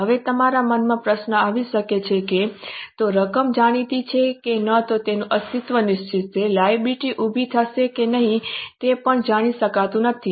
હવે તમારા મનમાં પ્રશ્ન આવી શકે છે કે ન તો રકમ જાણીતી છે કે ન તો તેનું અસ્તિત્વ નિશ્ચિત છે લાયબિલિટી ઊભી થશે કે નહીં તે પણ જાણી શકાયું નથી